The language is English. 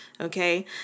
Okay